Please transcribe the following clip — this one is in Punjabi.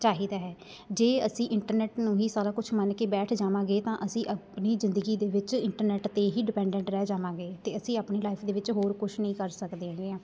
ਚਾਹੀਦਾ ਹੈ ਜੇ ਅਸੀਂ ਇੰਟਰਨੈੱਟ ਨੂੰ ਹੀ ਸਾਰਾ ਕੁਛ ਮੰਨ ਕੇ ਬੈਠ ਜਾਵਾਂਗੇ ਤਾਂ ਅਸੀਂ ਆਪਣੀ ਜ਼ਿੰਦਗੀ ਦੇ ਵਿੱਚ ਇੰਟਰਨੈੱਟ 'ਤੇ ਹੀ ਡਿਪੈਂਡੈਂਟ ਰਹਿ ਜਾਵਾਂਗੇ ਅਤੇ ਅਸੀਂ ਆਪਣੀ ਲਾਈਫ ਦੇ ਵਿੱਚ ਹੋਰ ਕੁਛ ਨਹੀਂ ਕਰ ਸਕਦੇ ਹੈਗੇ ਹਾਂ